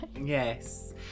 Yes